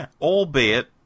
Albeit